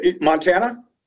Montana